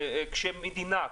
כשהמדינה,